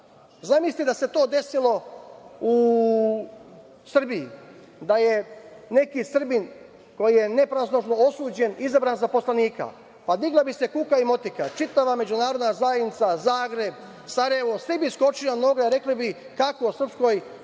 Zamislite da se to desilo u Srbiji, da je neki Srbin koji je nepravosnažno osuđen izabran za poslanika? Digla bi se kuka i motika. Čitava međunarodna zajednica, Zagreb, Sarajevo, svi bi skočili na noge i rekli bi kako u srpskoj